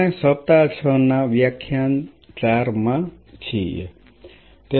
આપણે સપ્તાહ 6 ના વ્યાખ્યાન 4 W 6 L 4 માં છીએ